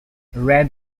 red